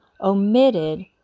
omitted